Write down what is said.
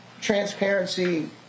transparency